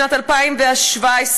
שנת 2017,